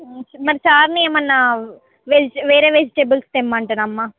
మరి సార్ని ఏమన్నా వేజ్ వేరే వెజిటేబుల్స్ తెమ్మంటరమ్మా